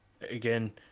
again